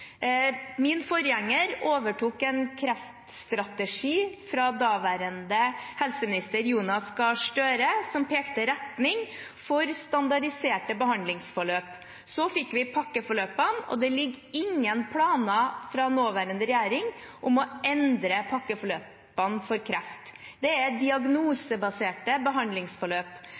Min forgjenger overtok en kreftstrategi fra daværende helseminister Jonas Gahr Støre, som pekte retning for standardiserte behandlingsforløp. Så fikk vi pakkeforløpene, og det ligger ingen planer fra nåværende regjering om å endre pakkeforløpene for kreft. Det er diagnosebaserte behandlingsforløp.